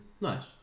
Nice